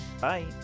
bye